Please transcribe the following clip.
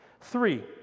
Three